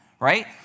Right